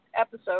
episode